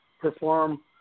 perform